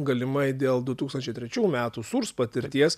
galimai dėl du tūkstančiai trečių metų sūrs patirties